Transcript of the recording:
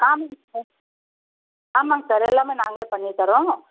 காம்மிங்க sir ஆமாங்க sir எல்லாமே நாங்களே பண்ணித்தர்றோம்